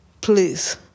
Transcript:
please